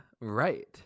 right